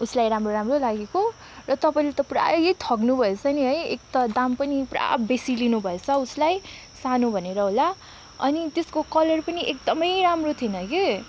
उसलाई राम्रो राम्रो लागेको र तपाईँले त पुरै ठग्नुभएछ नि है एक त दाम पनि पुरा बेसी लिनुभएछ उसलाई सानो भनेर होला अनि त्यसको कलर पनि एकदमै राम्रो थिएन कि